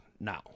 now